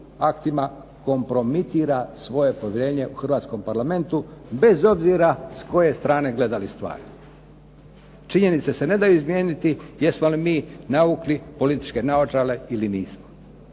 aktima kompromitira svoje povjerenje u hrvatskom Parlamentu, bez obzira s koje strane gledali stvari. Činjenice se ne daju izmijeniti. Jesmo li mi navukli političke naočale ili nismo?